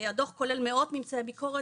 הדו"ח כולל מאות ממצאי ביקורת,